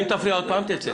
אם תפריע עוד פעם, תצא.